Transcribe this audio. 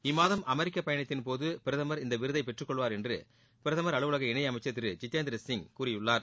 இம்மாதம் அமெரிக்கா பயணத்தின்போது பிரதமர் இவ்விருதை பெற்றுக் கொள்வார் என்று பிரதமர் அலுவலக இணையமைச்சர் திரு ஜித்தேந்திர சிங் கூறியுள்ளார்